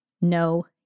No